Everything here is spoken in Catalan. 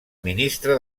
ministra